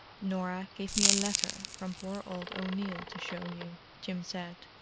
norah gave me a letter from poor old o'neill to show you, jim said.